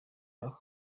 aka